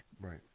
right